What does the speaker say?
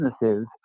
businesses